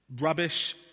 Rubbish